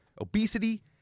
obesity